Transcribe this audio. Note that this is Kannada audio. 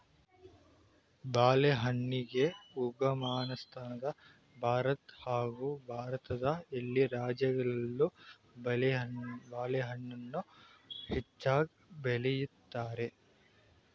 ಬಾಳೆಹಣ್ಣಿಗೆ ಉಗಮಸ್ಥಾನ ಭಾರತ ಹಾಗೂ ಭಾರತದ ಎಲ್ಲ ರಾಜ್ಯಗಳಲ್ಲೂ ಬಾಳೆಹಣ್ಣನ್ನ ಹೆಚ್ಚಾಗ್ ಬೆಳಿತಾರೆ